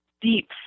deep